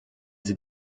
sie